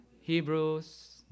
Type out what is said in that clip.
Hebrews